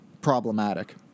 problematic